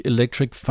Electric